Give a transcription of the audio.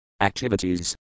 activities